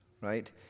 right